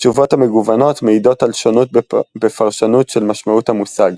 התשובות המגוונות מעידות על שונות בפרשנות של משמעות המושג.